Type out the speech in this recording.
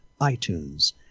iTunes